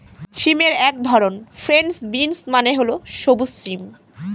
সিমের এক ধরন ফ্রেঞ্চ বিনস মানে হল সবুজ সিম